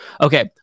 Okay